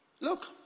Look